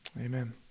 amen